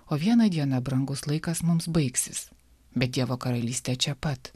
o vieną dieną brangus laikas mums baigsis bet dievo karalystė čia pat